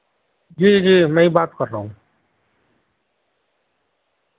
جی جی میں ہی بات کر رہا ہوں